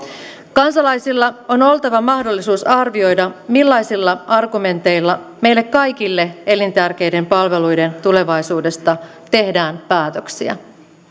kansalaisilla on on oltava mahdollisuus arvioida millaisilla argumenteilla meille kaikille elintärkeiden palveluiden tulevaisuudesta tehdään päätöksiä